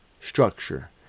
structure